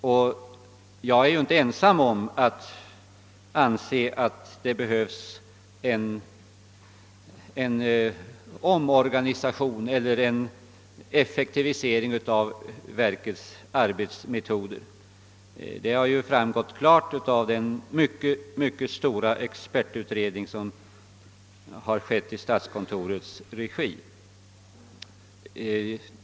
Och jag är ju inte ensam om att anse att det behövs en omorganisation eller en effektivisering på annat sätt av arbetsmarknadsstyrelsens verksamhet — detta framgår klart av den mycket omfattande expertutredning som gjorts i statskontorets regi.